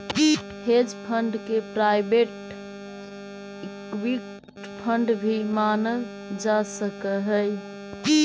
hedge fund के private equity fund भी मानल जा सकऽ हई